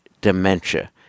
dementia